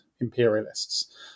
imperialists